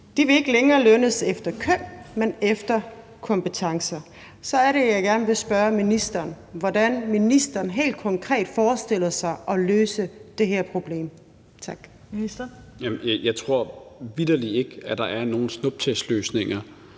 De vil ikke længere lønnes efter køn, men efter kompetencer. Og så er det, jeg gerne vil spørge ministeren, hvordan han helt konkret forestiller sig at løse det her problem.